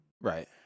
Right